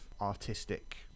artistic